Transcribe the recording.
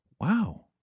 wow